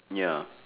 ya